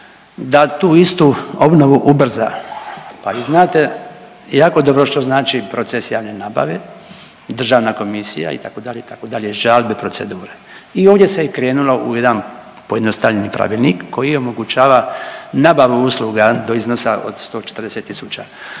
da tu istu obnovu ubrza pa vi znate jako dobro što znači proces javne nabave, državna komisija, itd., itd., žalbe, procedure i ovdje se i krenulo u jedan pojednostavljeni pravilnik koji omogućava nabavu usluga do iznosa od 140